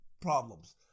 problems